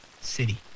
City